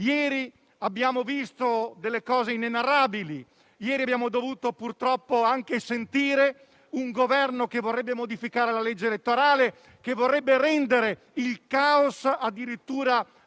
Oggi siamo di fronte a una barriera che stiamo per andare a sfondare, quella dei 170-175 miliardi di indebitamento,